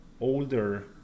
older